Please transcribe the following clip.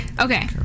Okay